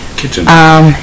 kitchen